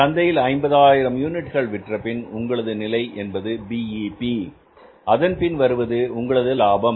சந்தையில் 50000 யூனிட்கள் விற்ற பின் உங்களது நிலை என்பது BEP அதன்பின் வருவது உங்களது லாபம்